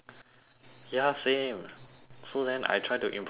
ya same so then I try to improvise